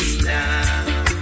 now